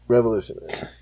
Revolutionary